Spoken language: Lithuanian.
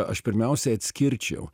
aš pirmiausiai atskirčiau